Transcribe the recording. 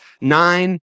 nine